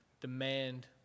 demand